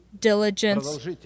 diligence